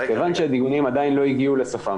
כיוון שהדיונים עדיין לא הגיעו לסופם,